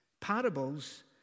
Parables